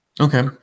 Okay